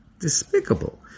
despicable